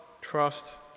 trust